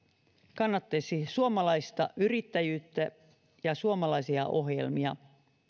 kannattaisi suomalaista yrittäjyyttä ja suomalaisia ohjelmia